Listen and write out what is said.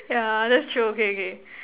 yeah that's true okay okay